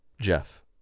Jeff